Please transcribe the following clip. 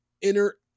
inner